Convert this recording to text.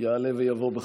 יעלה ויבוא בכבוד.